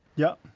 yep.